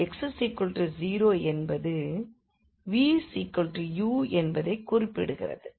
x 0 என்பது v u என்பதைக் குறிப்பிடுகிறது